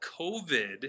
COVID